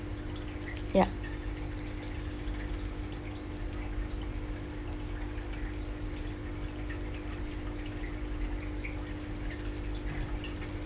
yup